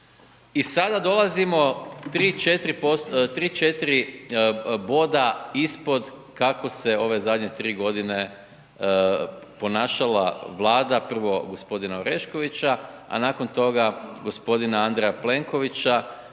i sada dolazimo 3,4 boda ispod kako se ove zadnje 3 godine ponašala vlada, prvo gospodina Oreškovića, a nakon toga gospodina Andreja Plenkovića,